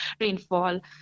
rainfall